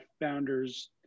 founder's